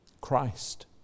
Christ